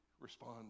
respond